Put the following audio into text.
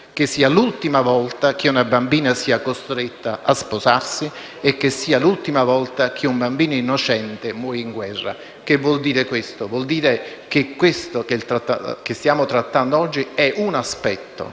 che sia l'ultima volta che una bambina sia costretta a sposarsi e che sia l'ultima volta che un bambino innocente muoia in guerra. Che vuol dire questo? Vuol dire che ciò di cui stiamo trattando oggi è un aspetto,